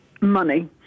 Money